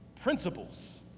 Principles